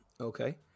Okay